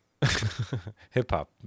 Hip-hop